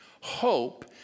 hope